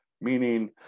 Meaning